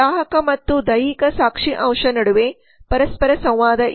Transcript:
ಗ್ರಾಹಕ ಮತ್ತು ದೈಹಿಕ ಸಾಕ್ಷಿ ಅಂಶ ನಡುವೆ ಪರಸ್ಪರ ಸಂವಾದ ಇದೆ